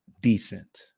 decent